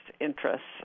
interests